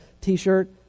t-shirt